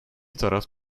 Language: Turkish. taraf